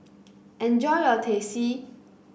enjoy your Teh C